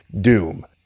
Doom